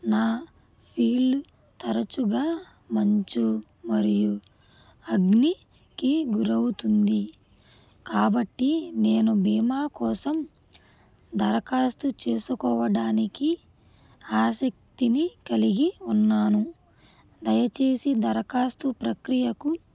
నా ఫీల్డ్ తరచుగా మంచు మరియు అగ్నికి గురవుతుంది కాబట్టి నేను బీమా కోసం దరఖాస్తు చేసుకోవడానికి ఆసక్తిని కలిగి ఉన్నాను దయచేసి దరఖాస్తు ప్రక్రియకు